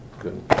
good